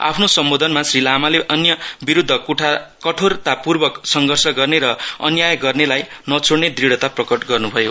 आफ्नो सम्बोधनमा श्री लामाले अन्य विरुद्ध करोरतापूर्वक संगषर् गर्ने र अन्याय गर्नेलाई नछोडने दृष्ठता प्रकट गरे